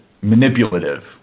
manipulative